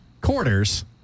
Quarters